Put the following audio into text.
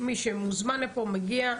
מי שמוזמן לפה מגיע,